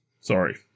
Sorry